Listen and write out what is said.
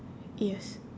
yes